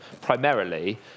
primarily